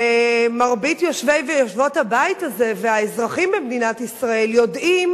כשמרבית יושבי ויושבות הבית הזה והאזרחים במדינת ישראל יודעים